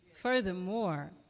Furthermore